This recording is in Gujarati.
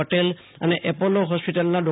પટેલ અને એપોલો હોસ્પિટલના ડૉ